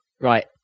Right